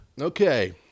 Okay